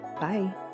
Bye